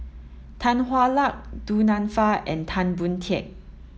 Tan Hwa Luck Du Nanfa and Tan Boon Teik